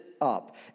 up